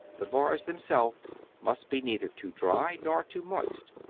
the bars themselves must be neither too dry nor too moist.